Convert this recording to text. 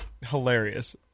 hilarious